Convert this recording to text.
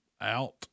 out